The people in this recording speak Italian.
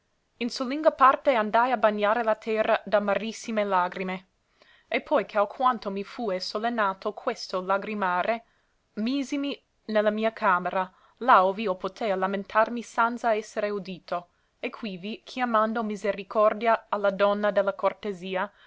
in solinga parte andai a bagnare la terra d'amarissime lagrime e poi che alquanto mi fue sollenato questo lagrimare misimi ne la mia camera là ov'io potea lamentarmi sanza essere udito e quivi chiamando misericordia a la donna de la cortesia